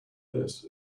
this